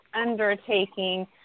undertaking